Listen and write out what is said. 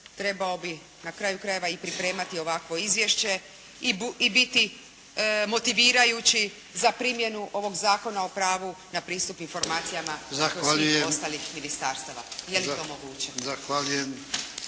trebao bi na kraju krajeva i pripremati ovakvo izvješće i biti motivirajući za primjenu ovog Zakona o pravu na pristup informacijama od svih ostalih ministarstava. Je li to moguće?